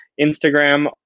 Instagram